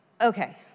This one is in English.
Okay